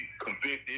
convicted